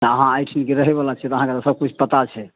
तऽ अहाँ अहिठि के रहै बला छियै तऽ अहाँकऽ तऽ सभ किछु पता छै